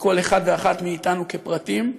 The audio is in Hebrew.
מכל אחד ואחת מאתנו כפרטים,